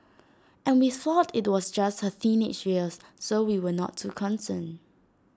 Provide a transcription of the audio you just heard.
and we thought IT was just her years so we were not too concerned